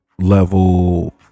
level